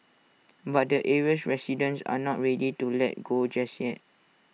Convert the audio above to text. but the area's residents are not ready to let go just yet